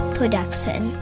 Production